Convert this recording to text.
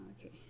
okay